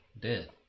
dead